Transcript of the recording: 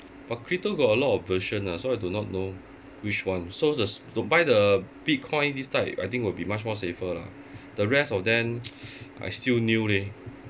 but crypto got a lot of version ah so I do not know which one so there's don't buy the bitcoin this type I think will be much more safer lah the rest of them I still new leh